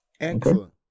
excellent